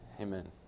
Amen